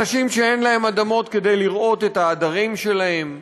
אנשים שאין להם אדמות כדי לרעות את העדרים שלהם,